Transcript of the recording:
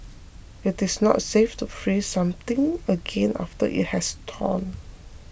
it is not safe to freeze something again after it has thawed